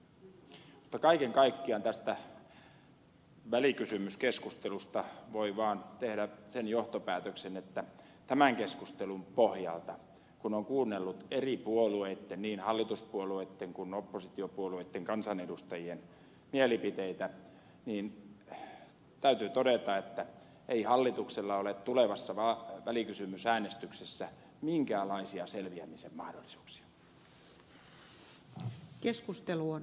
mutta kaiken kaikkiaan tästä välikysymyskeskustelusta voi vaan tehdä sen johtopäätöksen että tämän keskustelun pohjalta kun on kuunnellut eri puolueitten niin hallituspuolueitten kuin oppositiopuolueitten kansanedustajien mielipiteitä täytyy todeta että ei hallituksella ole tulevassa välikysymysäänestyksessä minkäänlaisia selviämisen mahdollisuuksia